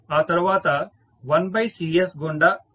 ఆ తర్వాత 1Cs గుండా వెళతారు